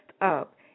up